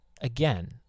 again